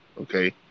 Okay